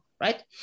right